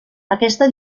aquesta